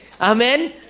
Amen